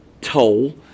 toll